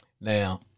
Now